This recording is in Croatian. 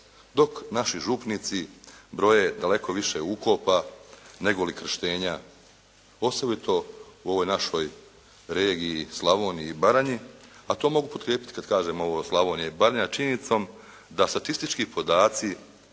dok naši župnici broje daleko više ukopa, nego li krštenja osobito u ovoj našoj regiji Slavoniji i Baranji, a to mogu potkrijepiti, kada kažem ovo Slavonija i Baranja činjenicom da statistički podaci